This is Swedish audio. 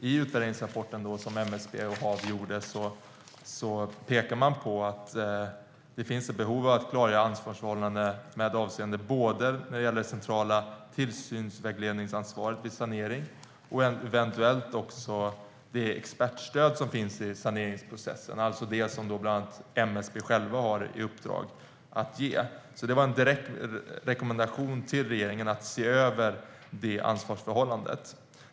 I utvärderingsrapporten från MSB och Havs och vattenmyndigheten pekar man på att det finns ett behov av att klargöra ansvarsförhållandena med avseende på det centrala tillsynsvägledningsansvaret vid sanering och eventuellt det expertstöd som finns i saneringsprocessen, alltså det som MSB har i uppdrag att ge. Det var alltså en direkt rekommendation till regeringen att se över det ansvarsförhållandet.